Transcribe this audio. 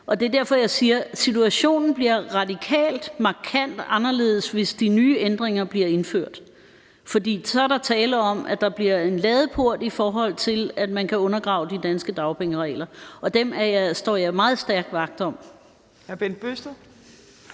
Det er derfor, jeg siger, at situationen bliver radikalt og markant anderledes, hvis de nye ændringer bliver indført, for så er der tale om, at der bliver åbnet en ladeport, i forhold til at man kan undergrave de danske dagpengeregler, og dem står jeg i meget høj grad vagt om.